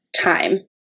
time